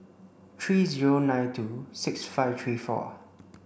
three zero nine two six five three four